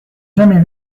jamais